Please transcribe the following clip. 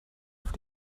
auf